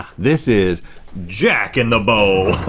this is jack in the bowl.